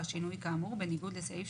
מאוד מגבילה, אם הוא היה נכנס לתמונה.